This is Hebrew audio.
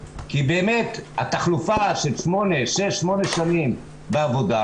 כי באמת התחלופה של 8-6 שנים בעבודה